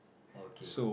okay